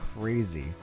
crazy